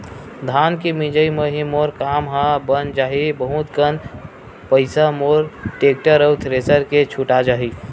धान के मिंजई म ही मोर काम ह बन जाही बहुत कन पईसा मोर टेक्टर अउ थेरेसर के छुटा जाही